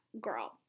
girl